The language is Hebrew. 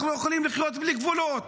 אנחנו יכולים לחיות בלי גבולות,